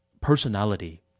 personality